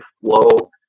flow